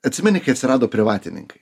atsimeni kai atsirado privatininkai